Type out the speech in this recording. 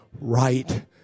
right